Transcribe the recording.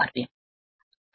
55